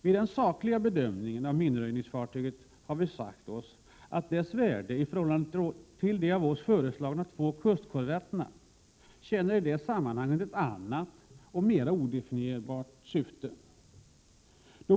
Vid den sakliga bedömningen av minröjningsfartyget har vi sagt oss att dess värde i förhållande till de av oss föreslagna två kustkorvetterna i det sammanhanget tjänar ett annat och mer odefinierat syfte.